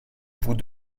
vous